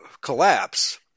collapse